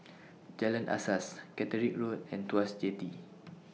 Jalan Asas Catterick Road and Tuas Jetty